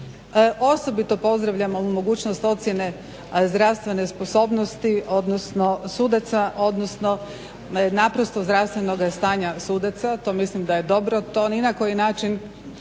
Osobito pozdravljam onu mogućnost ocjene zdravstvene sposobnosti, odnosno sudaca, odnosno naprosto zdravstvenoga stanja sudaca. To mislim da je dobro.